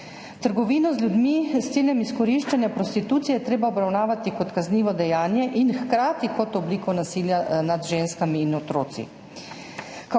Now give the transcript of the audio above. Trgovino z ljudmi s ciljem izkoriščanja prostitucije je treba obravnavati kot kaznivo dejanje in hkrati kot obliko nasilja nad ženskami in otroki.